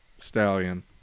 Stallion